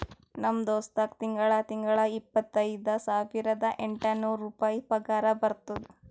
ನಮ್ ದೋಸ್ತ್ಗಾ ತಿಂಗಳಾ ತಿಂಗಳಾ ಇಪ್ಪತೈದ ಸಾವಿರದ ಎಂಟ ನೂರ್ ರುಪಾಯಿ ಪಗಾರ ಬರ್ತುದ್